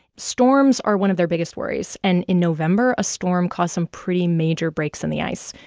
storms are one of their biggest worries, and in november, a storm caused some pretty major breaks in the ice.